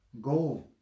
go